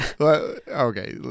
okay